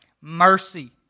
Mercy